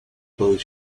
both